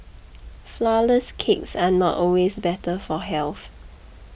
Flourless Cakes are not always better for health